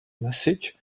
message